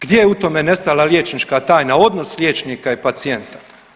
Gdje je u tom nestala liječnička tajna, odnos liječnika i pacijenta?